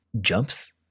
jumps